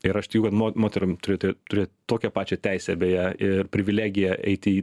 ir aš tikiu kad mo moterim turėti turėt tokią pačią teisę beje ir privilegiją eiti į